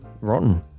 rotten